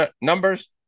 numbers